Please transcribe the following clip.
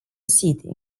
city